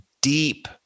deep